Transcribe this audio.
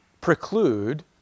preclude